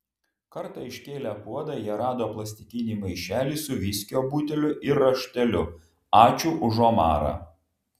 kartą iškėlę puodą jie rado plastikinį maišelį su viskio buteliu ir rašteliu ačiū už omarą